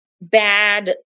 bad